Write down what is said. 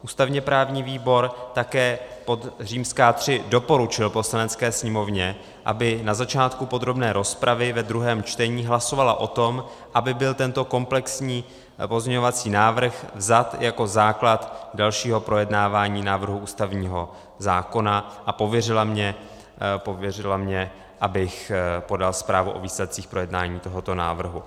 Ústavněprávní výbor také pod římská tři doporučil Poslanecké sněmovně, aby na začátku podrobné rozpravy v druhém čtení hlasovala o tom, aby byl tento komplexní pozměňovací návrh vzat jako základ dalšího projednávání návrhu ústavního zákona, a pověřila mě, abych podal zprávu o výsledcích projednání tohoto návrhu.